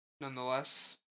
nonetheless